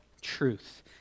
truth